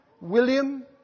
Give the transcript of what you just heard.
William